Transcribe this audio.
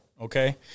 okay